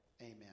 Amen